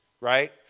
right